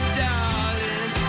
darling